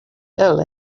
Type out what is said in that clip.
ill